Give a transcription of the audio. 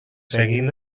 seguint